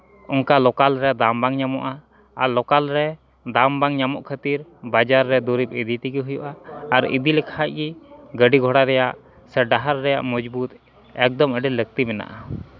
ᱚᱱᱠᱟ ᱞᱳᱠᱟᱞ ᱨᱮ ᱫᱟᱢ ᱵᱟᱝ ᱧᱟᱢᱚᱜᱼᱟ ᱟᱨ ᱞᱚᱠᱟᱞ ᱨᱮ ᱫᱟᱢ ᱵᱟᱝ ᱧᱟᱢᱚᱜ ᱠᱷᱟᱹᱛᱤᱨ ᱵᱟᱡᱟᱨ ᱨᱮ ᱫᱚᱨᱤᱵᱽ ᱤᱫᱤ ᱛᱮᱜᱮ ᱦᱩᱭᱩᱜᱼᱟ ᱟᱨ ᱤᱫᱤ ᱞᱮᱠᱷᱟᱡ ᱜᱮ ᱜᱟᱹᱰᱤ ᱜᱷᱳᱲᱟ ᱨᱮᱭᱟᱜ ᱥᱮ ᱰᱟᱦᱟᱨ ᱨᱮᱭᱟᱜ ᱢᱚᱡᱽ ᱵᱩᱛ ᱮᱠᱫᱚᱢ ᱟᱹᱰᱤ ᱞᱟᱹᱞᱛᱤ ᱢᱮᱱᱟᱜᱼᱟ